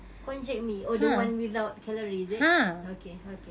konjac mee oh the one without calorie is it okay okay